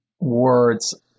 words